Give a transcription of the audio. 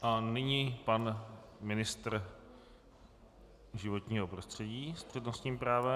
A nyní pan ministr životního prostředí s přednostním právem.